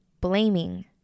blaming